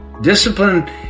Discipline